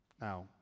Now